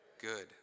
Good